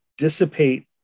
Dissipate